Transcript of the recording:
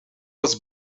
was